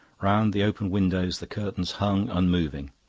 round the open windows the curtains hung unmoving.